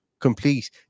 Complete